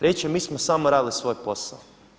Reći će: Mi smo samo radili svoj posao.